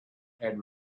had